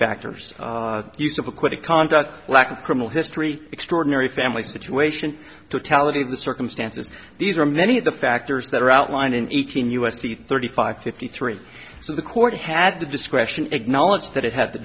factors use of a quick conduct lack of criminal history extraordinary family situation to tally the circumstances these are many of the factors that are outlined in eighteen u s c thirty five fifty three so the court had the discretion acknowledged that it had the